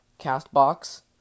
CastBox